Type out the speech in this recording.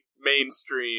mainstream